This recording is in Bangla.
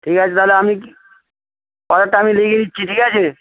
ঠিক আছে তাহলে আমি অর্ডারটা আমি লিখে নিচ্ছি ঠিক আছে